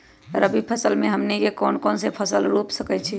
रबी फसल में हमनी के कौन कौन से फसल रूप सकैछि?